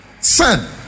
son